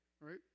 Right